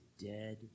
dead